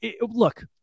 look